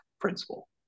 principle